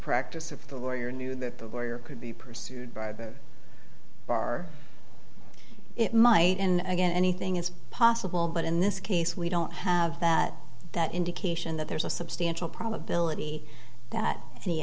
lawyer knew that the lawyer could be pursued by the bar it might in again anything is possible but in this case we don't have that that indication that there's a substantial probability that any